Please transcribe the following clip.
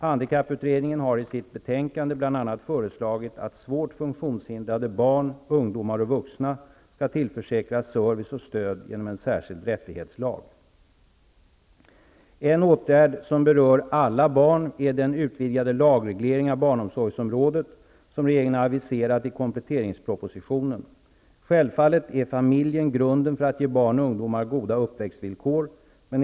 Handikapputredningen har i sitt betänkande bl.a. föreslagit att svårt funktionshindrade barn, ungdomar och vuxna skall tillförsäkras service och stöd genom en särskild rättighetslag. - En åtgärd som berör alla barn är den utvidgade lagreglering av barnomsorgsområdet som regeringen har aviserat i kompletteringspropositionen. Självfallet är familjen grunden för att ge barn och ungdomar goda uppväxtvillkor.